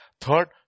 Third